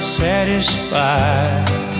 satisfied